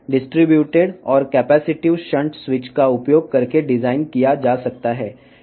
distributed switches మరియు capacitive shunt స్విచ్లను ఉపయోగించి అనలాగ్ ఫేజ్ షిఫ్టర్లను రూపొందించవచ్చు